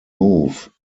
move